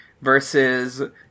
Versus